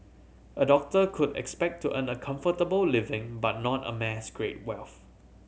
a doctor could expect to earn a comfortable living but not amass great wealth